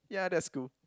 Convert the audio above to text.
yeah that's cool